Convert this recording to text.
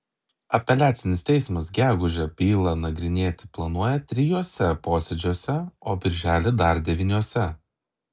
apeliacinis teismas gegužę bylą nagrinėti planuoja trijuose posėdžiuose o birželį dar devyniuose